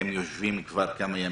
הם יושבים פה מספר ימים.